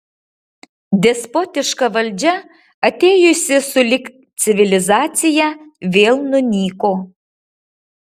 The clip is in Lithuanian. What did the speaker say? despotiška valdžia atėjusi sulig civilizacija vėl nunyko